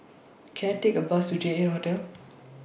Can I Take A Bus to J eight Hotel